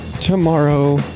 tomorrow